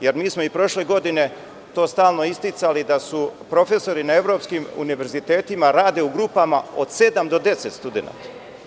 Jer, mi smo i prošle godine to stalno isticali, da profesori na evropskim univerzitetima rade u grupama od sedam do 10 studenata.